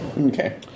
Okay